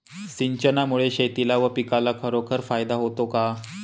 सिंचनामुळे शेतीला व पिकाला खरोखर फायदा होतो का?